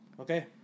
Okay